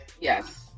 Yes